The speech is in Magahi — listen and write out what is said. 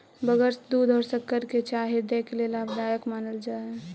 बगैर दूध और शक्कर की चाय हृदय के लिए लाभदायक मानल जा हई